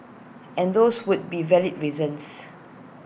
and those would be valid reasons